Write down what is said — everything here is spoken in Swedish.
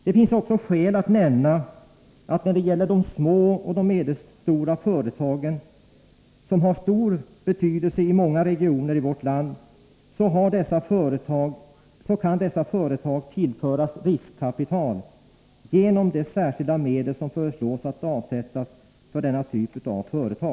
Det finns också skäl att nämna att när det gäller de små och medelstora företagen, som har stor betydelse i många regioner i vårt land, så kan dessa Nr 54 företag tillföras riskkapital genom de särskilda medel som föreslås att Tisdagen den avsättas för denna typ av företag.